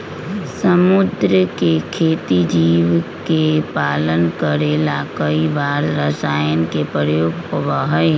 समुद्र के खेती जीव के पालन करे ला कई बार रसायन के प्रयोग होबा हई